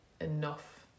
enough